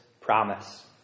promise